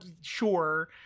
sure